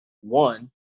one